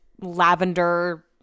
lavender